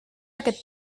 aquest